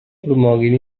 promoguin